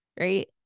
right